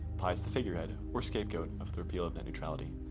pai is the figurehead or scapegoat of the repeal of net neutrality,